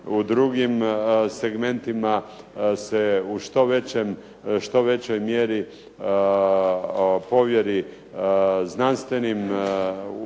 u drugim segmentima se u što većoj mjeri povjeri znanstvenim ustanovama,